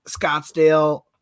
Scottsdale